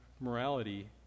morality